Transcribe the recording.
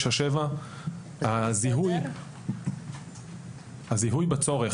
נקודה שנייה היא תכנית החומש 2397. הזיהוי בצורך,